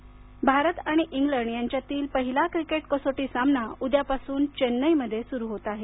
cricket कसोटी भारत आणि England यांच्यातील पहिला क्रिकेट कसोटी सामना उद्यापासून चेन्नईमध्ये सुरू होत आहे